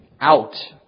out